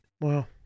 Wow